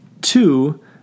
Two